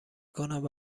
کند